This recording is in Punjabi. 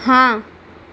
ਹਾਂ